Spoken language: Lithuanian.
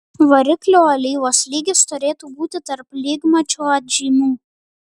variklio alyvos lygis turėtų būti tarp lygmačio atžymų